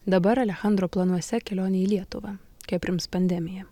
dabar alechandro planuose kelionė į lietuvą kai aprims pandemija